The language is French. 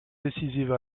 décisive